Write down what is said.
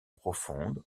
profonde